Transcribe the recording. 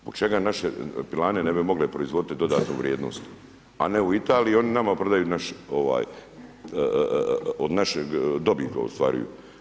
Zbog čega naše pilane ne bi mogle proizvoditi dodatnu vrijednost, a ne u Italiji, oni nama prodaju naš ovaj, od našeg dobit ostvaruju.